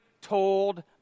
told